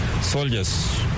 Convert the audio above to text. Soldiers